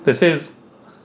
they say is